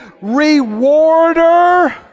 rewarder